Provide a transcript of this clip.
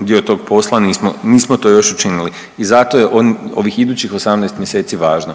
dio tog posla nismo to još učinili i zato je on ovih idućih 18 mjeseci važno,